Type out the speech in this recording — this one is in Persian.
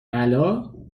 بلا